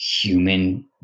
human